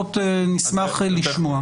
נשמח לשמוע.